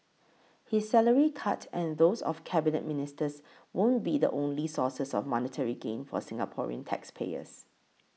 his salary cut and those of Cabinet Ministers won't be the only sources of monetary gain for Singaporean taxpayers